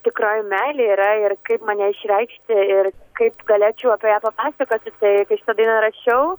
tikroji meilė yra ir kaip man ją išreikšti ir kaip galėčiau apie ją papasakoti tai kai šitą dainą rašiau